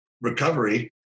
recovery